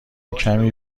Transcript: کمی